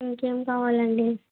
ఇంకేం కావాలండి